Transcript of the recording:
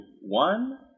one